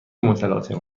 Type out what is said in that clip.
متلاطم